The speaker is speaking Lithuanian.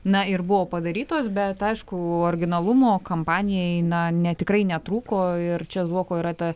na ir buvo padarytos bet aišku originalumo kampanijai na ne tikrai netrūko ir čia zuoko yra ta